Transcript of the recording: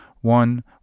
One